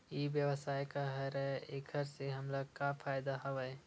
ई व्यवसाय का हरय एखर से हमला का फ़ायदा हवय?